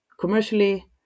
commercially